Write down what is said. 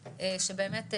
שבאמת,